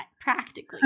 practically